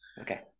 okay